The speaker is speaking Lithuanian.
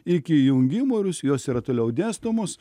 iki įjungimo rusijos yra toliau dėstomos